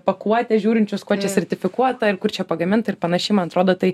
pakuotę žiūrinčius kuo čia sertifikuota ir kur čia pagaminta ir panašiai man atrodo tai